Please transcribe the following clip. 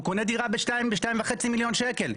הוא קונה דירות ב-2.5 מיליון שקלים,